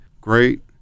great